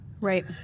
right